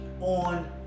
on